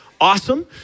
Awesome